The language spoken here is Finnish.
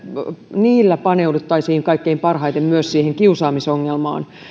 niillä paneuduttaisiin kaikkein parhaiten myös siihen kiusaamisongelmaan